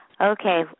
Okay